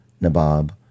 Nabob